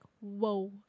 Whoa